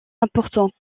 important